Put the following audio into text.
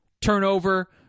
turnover